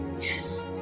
Yes